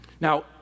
Now